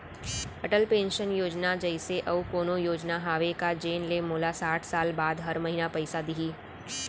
Atal pension योजना जइसे अऊ कोनो योजना हावे का जेन ले मोला साठ साल बाद हर महीना पइसा दिही?